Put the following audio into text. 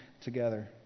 together